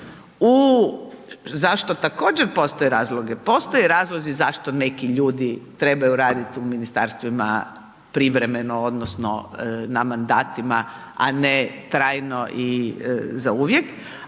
u, za što također postoje razlozi. Postoji razlozi zašto neki ljudi trebaju raditi u ministarstvima privremeno, odnosno, na mandatima a ne trajno i zauvijek,